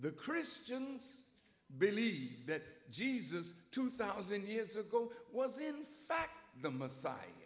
the christians believe that jesus two thousand years ago was in fact the messiah